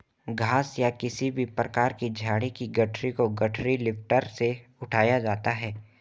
घास या किसी भी प्रकार की झाड़ी की गठरी को गठरी लिफ्टर से उठाया जाता है